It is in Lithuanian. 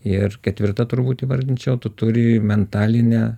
ir ketvirtą turbūt įvardinčiau tu turi mentalinę